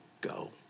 go